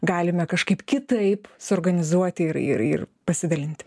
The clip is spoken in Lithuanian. galime kažkaip kitaip suorganizuoti ir ir ir pasidalinti